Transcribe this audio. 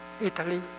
Italy